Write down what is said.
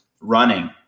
running